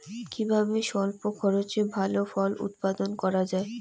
কিভাবে স্বল্প খরচে ভালো ফল উৎপাদন করা যায়?